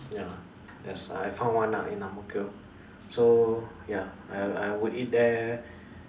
ya that's I found one ah in Ang-Mo-Kio so ya I I will eat there